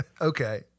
Okay